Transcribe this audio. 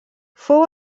fou